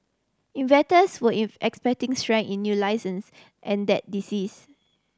were if expecting strength in new licences and that disease